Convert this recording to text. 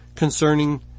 Concerning